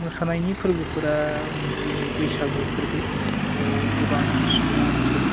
मोसानायनि फोरबोफोरा बे बैसागु फोरबो बेयाव गोबां सुबुङानो मोसायो